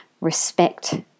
respect